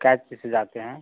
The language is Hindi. क्या चीज़ से जाते हैं